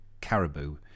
caribou